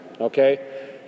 okay